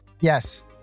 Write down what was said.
Yes